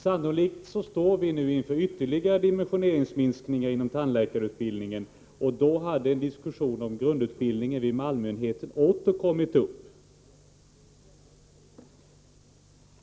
Sannolikt står vi nu inför ytterligare dimensioneringsminskningar inom tandläkarutbildningen, och om Malmöenheten inte hade lagts ned skulle diskussionen om grundutbildningen där åter ha kommit upp.